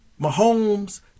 Mahomes